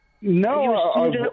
No